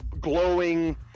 glowing